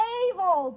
evil